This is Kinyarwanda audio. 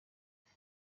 iryo